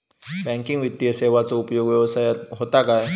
Banking वित्तीय सेवाचो उपयोग व्यवसायात होता काय?